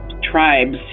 tribes